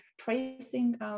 tracing